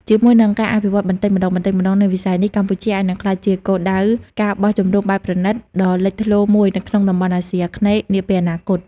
ជាមួយនឹងការអភិវឌ្ឍបន្តិចម្តងៗនៃវិស័យនេះ កម្ពុជាអាចនឹងក្លាយជាគោលដៅ ការបោះជំរំបែបប្រណីត ដ៏លេចធ្លោមួយនៅក្នុងតំបន់អាស៊ីអាគ្នេយ៍នាពេលអនាគត។